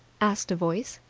asked a voice.